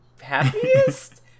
happiest